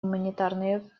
гуманитарные